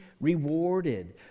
rewarded